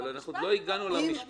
אבל עוד לא הגענו למשפט.